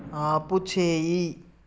ఆపుచేయి